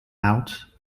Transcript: out